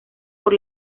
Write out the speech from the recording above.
por